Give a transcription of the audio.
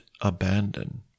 abandon